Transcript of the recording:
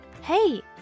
Hey